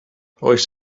oes